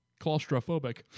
claustrophobic